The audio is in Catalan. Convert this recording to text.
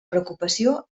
preocupació